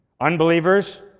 Unbelievers